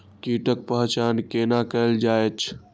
कीटक पहचान कैना कायल जैछ?